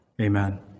amen